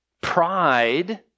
pride